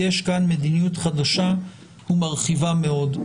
יש כאן מדיניות חדשה ומרחיבה מאוד.